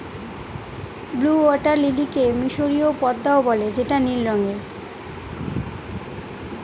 blue water লিলিকে মিসরীয় পদ্মাও বলে যেটা নীল রঙের